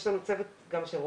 יש לנו צוות של רופאים